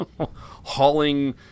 hauling